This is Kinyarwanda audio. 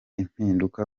impinduka